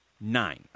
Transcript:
Nine